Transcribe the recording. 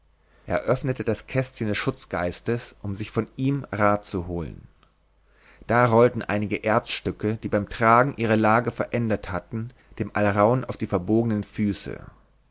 öffnete das kästchen des schutzgeistes um sich von ihm rat zu holen da rollten einige erzstücke die beim tragen ihre lage verändert hatten dem alraun auf die verbogenen füße